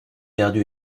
perdu